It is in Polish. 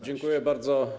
Dziękuję bardzo.